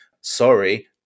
sorry